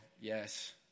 yes